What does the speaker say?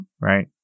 Right